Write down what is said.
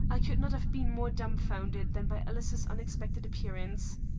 i could not have been more dumfounded than by alice's unexpected appearance.